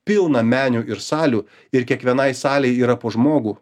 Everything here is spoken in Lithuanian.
pilna menių ir salių ir kiekvienai salei yra po žmogų